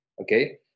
Okay